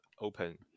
open